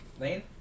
Lane